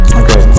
okay